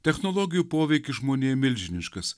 technologijų poveikis žmonėm milžiniškas